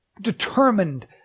determined